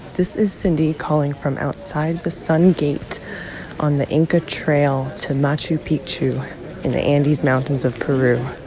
this is cindy calling from outside the sun gate on the inca trail to machu picchu in the andes mountains of peru.